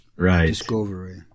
discovery